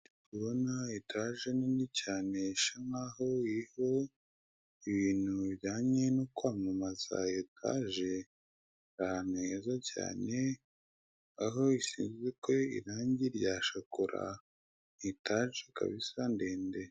Ndi kubona etaje nini cyane bisa nkaho iriho ibintu bijyanye no kwamamaza, iyo etaje iri ahantu heza cyane aho isizwe irangi rya shokora, ni etaje kabisa ndende.